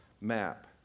map